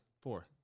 Four